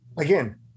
again